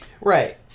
right